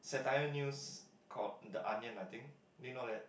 satire news called the onion I think do you know that